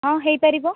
ହଁ ହେଇପାରିବ